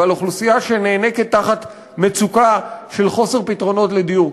ועל אוכלוסייה שנאנקת תחת מצוקה של חוסר פתרונות לדיור,